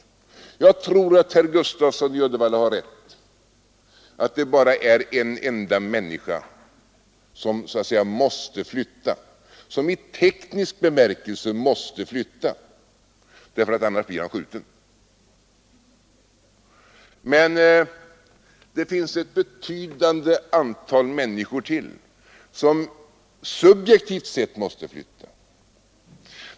Jag tror att herr Gustafsson i Uddevalla har rätt när han säger att det bara är en enda människa som så att säga måste flytta — som i teknisk bemärkelse måste flytta, därför att annars blir han skjuten. Men det finns ett betydande antal människor som subjektivt sett måste flytta.